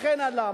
וכן הלאה.